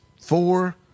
four